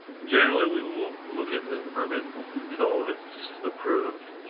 generally we won't look at the permit and until it's approved,